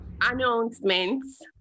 announcements